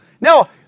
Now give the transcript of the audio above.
Now